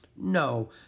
No